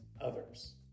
others